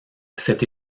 cet